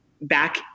back